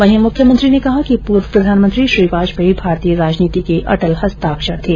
वहीं मुख्यमंत्री ने कहा कि पूर्व प्रधानमंत्री श्री वाजपेयी भारतीय राजनीति के अटल हस्ताक्षर थे